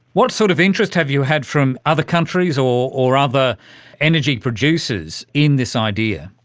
what sort of interest have you had from other countries, or or other energy producers in this idea?